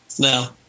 No